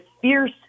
fierce